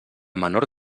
menor